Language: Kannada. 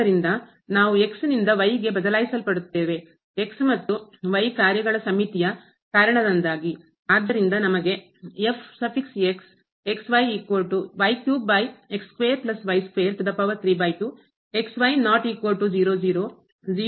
ಆದ್ದರಿಂದ ನಾವು ನಿಂದ y ಗೆ ಬದಲಾಯಿಸಲ್ಪಡುತ್ತೇವೆ ಮತ್ತು y ಕಾರ್ಯಗಳ ಸಮ್ಮಿತಿಯ ಕಾರಣದಿಂದಾಗಿ